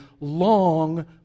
long